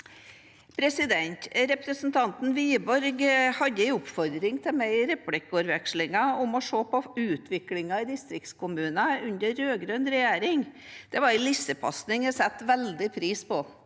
tenke på. Representanten Wiborg hadde en oppfordring til meg i replikkordskiftet om å se på utviklingen i distriktskommuner under rød-grønn regjering. Det var en lissepasning jeg setter veldig stor